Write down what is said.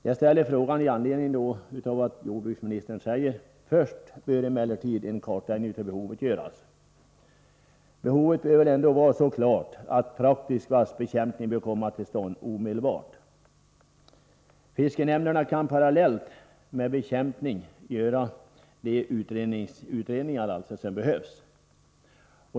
Jag ställer frågan med anledning av att jordbruksministern säger: ”Först bör emellertid en kartläggning av behovet göras.” Behovet bör väl ändå vara så klart att praktisk vassbekämpning bör komma till stånd omedelbart. Fiskenämnderna kan parallellt med bekämpningen göra de utredningar som behövs.